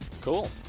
Cool